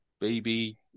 baby